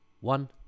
one